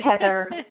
Heather